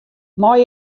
mei